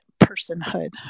personhood